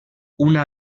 una